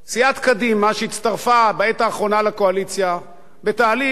שהצטרפה בעת האחרונה לקואליציה בתהליך כואב,